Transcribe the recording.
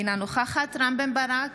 אינה נוכחת רם בן ברק,